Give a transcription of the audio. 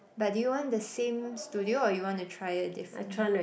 but do you want the same studio or you wanna try a different